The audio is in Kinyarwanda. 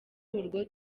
urwo